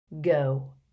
Go